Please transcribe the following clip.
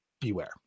beware